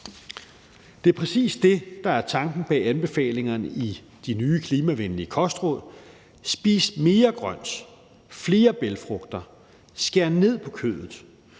Det er præcis det, der er tanken bag anbefalingerne i de nye klimavenlige kostråd. Spis mere grønt, flere bælgfrugter, skær ned på kødet,